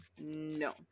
No